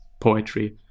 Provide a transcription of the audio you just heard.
poetry